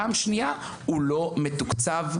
פעם שנייה הוא לא מתוקצב,